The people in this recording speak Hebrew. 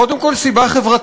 קודם כול, סיבה חברתית.